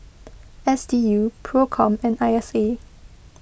S D U Procom and I S A